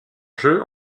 jeu